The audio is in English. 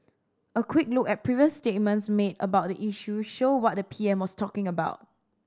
a quick look at previous statements made about the issue show what the P M was talking about